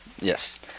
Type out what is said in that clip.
Yes